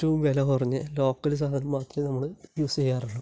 ഏറ്റവും വില കുറഞ്ഞ ലോക്കൽ സാധനം മാത്രമേ നമ്മൾ യൂസ് ചെയ്യാറുള്ളൂ